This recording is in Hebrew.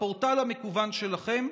בפורטל המקוון שלכם,